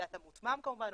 דאטה מותמם כמובן,